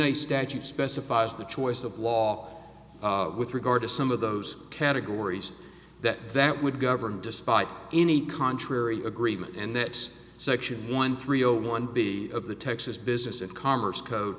a statute specifies the choice of law with regard to some of those categories that that would govern despite any contrary agreement and that section one three zero one b of the texas business and commerce code